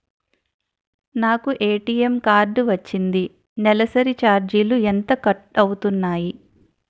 నాకు ATM card వచ్చింది నెలసరి ఛార్జీలు ఎంత కట్ అవ్తున్నాయి?